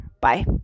Bye